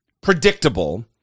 predictable